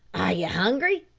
are ye hungry?